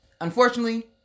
Unfortunately